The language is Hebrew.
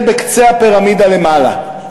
זה בקצה הפירמידה למעלה.